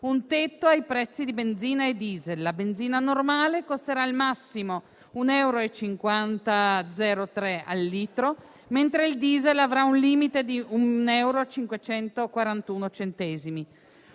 un tetto ai prezzi di benzina e *diesel*. La benzina normale costerà al massimo 1,503 euro al litro, mentre il *diesel* avrà un limite di 1,541 euro;